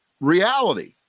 reality